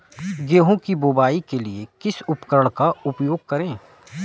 गेहूँ की बुवाई के लिए किस उपकरण का उपयोग करें?